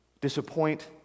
disappoint